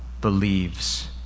believes